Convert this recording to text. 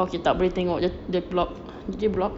okay tak boleh tengok dia block dia block